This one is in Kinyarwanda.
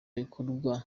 bikorwa